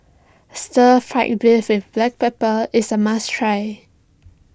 Stir Fry Beef with Black Pepper is a must try